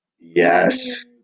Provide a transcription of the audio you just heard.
Yes